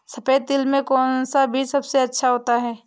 सफेद तिल में कौन सा बीज सबसे अच्छा होता है?